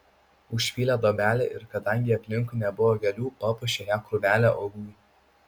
užpylė duobelę ir kadangi aplinkui nebuvo gėlių papuošė ją krūvele uogų